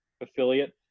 affiliate